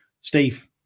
steve